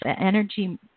energy